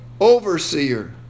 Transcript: overseer